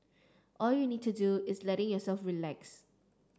all you need to do is letting yourself relax